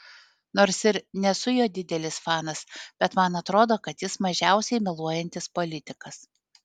nors ir nesu jo didelis fanas bet man atrodo kad jis mažiausiai meluojantis politikas